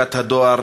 בחלוקת הדואר,